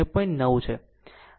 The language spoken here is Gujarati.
9 છે